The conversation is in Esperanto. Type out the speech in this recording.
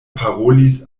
parolis